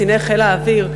קציני חיל האוויר: